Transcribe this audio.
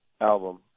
album